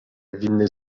winny